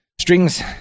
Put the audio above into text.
Strings